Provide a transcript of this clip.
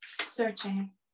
searching